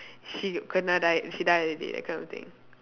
she kena died she die already that kind of thing